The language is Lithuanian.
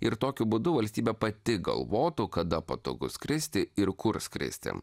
ir tokiu būdu valstybė pati galvotų kada patogu skristi ir kur skristi